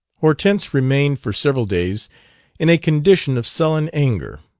hortense remained for several days in a condition of sullen anger